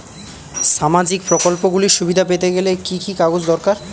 সামাজীক প্রকল্পগুলি সুবিধা পেতে গেলে কি কি কাগজ দরকার?